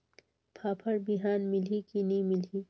फाफण बिहान मिलही की नी मिलही?